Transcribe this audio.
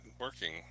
working